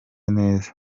neza